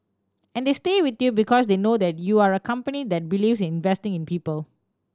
and they stay with you because they know that you are a company that believes in investing in people